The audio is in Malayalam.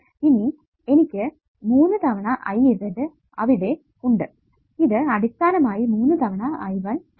ഇനി എനിക്ക് 3 തവണ Iz അവിടെ ഉണ്ട് ഇത് അടിസ്ഥാനമായി 3 തവണ I1 ആണ്